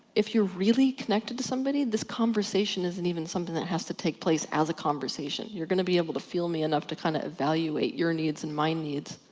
if you're really connected to somebody, this conversation isn't even something that has to take place as a conversation. you're gonna be able to feel me enough to kind of evaluate your needs and my needs,